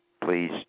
please